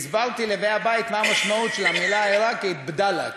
והסברתי לבאי הבית מה המשמעות של המילה העיראקית "בדאלכ".